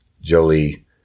Jolie